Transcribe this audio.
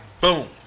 boom